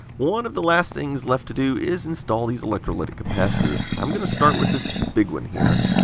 one of the last things left to do is install these electrolytic capacitors. i'm going to start with this big one here.